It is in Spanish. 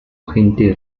agente